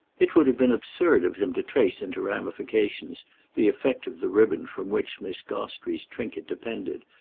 it would have been absurd of him to trace into ramifications the effect of the ribbon from which miss gostrey's trinket depended,